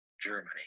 Germany